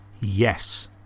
Yes